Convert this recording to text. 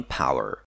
power